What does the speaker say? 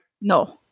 No